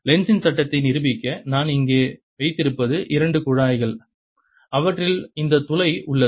லென்ஸின் சட்டத்தை நிரூபிக்க நான் இங்கே வைத்திருப்பது இரண்டு குழாய்கள் அவற்றில் இந்த துளை உள்ளது